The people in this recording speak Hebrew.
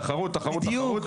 תחרות תחרות תחרות.